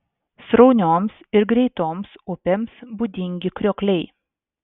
sraunioms ir greitoms upėms būdingi kriokliai